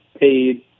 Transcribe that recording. paid